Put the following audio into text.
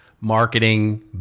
marketing